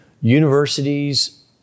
universities